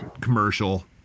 commercial